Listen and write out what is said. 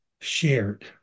shared